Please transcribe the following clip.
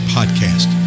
Podcast